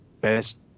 best